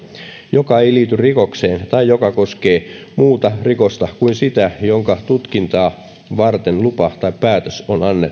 joka ei liity rikokseen tai joka koskee muuta rikosta kuin sitä jonka tutkintaa varten lupa tai päätös on annettu